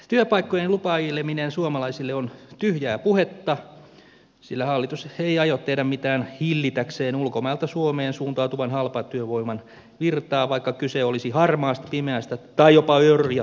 työpaikkojen lupaileminen suomalaisille on tyhjää puhetta sillä hallitus ei aio tehdä mitään hillitäkseen ulkomailta suomeen suuntautuvan halpatyövoiman virtaa vaikka kyse olisi harmaasta pimeästä tai jopa orjatyövoimasta